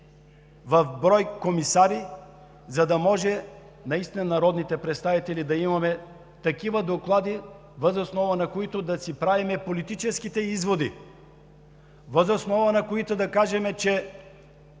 брой комисари, за да може народните представители да имаме такива доклади, въз основа на които да си правим политически изводи, въз основа на които да кажем, че